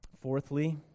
Fourthly